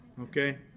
okay